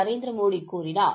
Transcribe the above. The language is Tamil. நரேந்திரமோடி கூறினார்